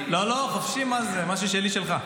לא, לא, חופשי, מה ששלי שלך.